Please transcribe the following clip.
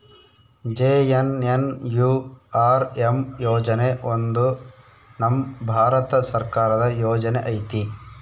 JNNURM ಯೋಜನೆ ಒಂದು ನಮ್ ಭಾರತ ಸರ್ಕಾರದ ಯೋಜನೆ ಐತಿ